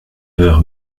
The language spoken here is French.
heures